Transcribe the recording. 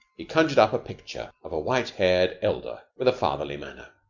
he conjured up a picture of a white-haired elder with a fatherly manner.